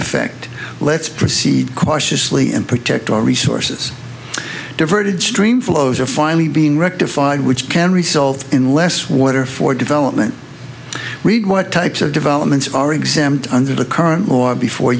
effect let's proceed cautiously and protect our resources diverted stream flows are finally being rectified which can result in less water for development read what types of developments are exempt under the current or before